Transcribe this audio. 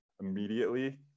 immediately